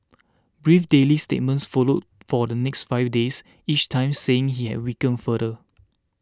brief daily statements followed for the next five days each time saying he had weakened further